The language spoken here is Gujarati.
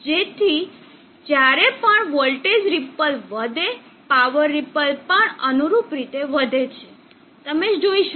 તેથી જ્યારે પણ વોલ્ટેજ રિપલ વધે પાવર રીપલ પણ અનુરૂપ રીતે વધે છે તમે જોઈ શકો છો